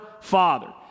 Father